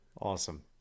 Awesome